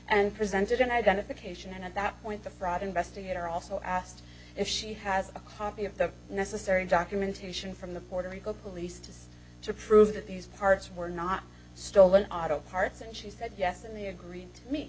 and presented an identification and at that point the fraud investigator also asked if she has a copy of the necessary documentation from the puerto rico police to to prove that these parts were not stolen auto parts and she said yes and they agreed to me